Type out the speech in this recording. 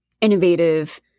innovative